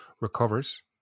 recovers